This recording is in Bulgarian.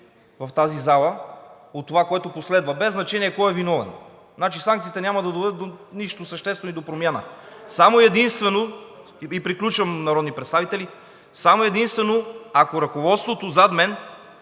в тази зала не печели от това, което последва, без значение кой е виновен. Санкциите няма да доведат до нищо съществено и до промяна, само и единствено – и приключвам, народни представители – само и единствено, ако ръководството зад мен